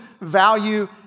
value